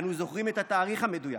אנו זוכרים את התאריך המדויק,